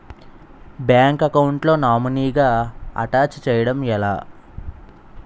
Bank account లో నామినీగా attach చేయడం ఎలా?